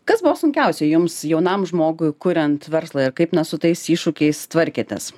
kas buvo sunkiausia jums jaunam žmogui kuriant verslą ir kaip na su tais iššūkiais tvarkėtės